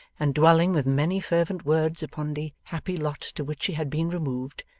and dwelling with many fervent words upon the happy lot to which she had been removed,